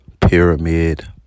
Pyramid